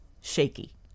shaky